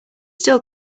still